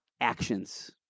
actions